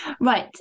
Right